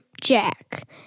Jack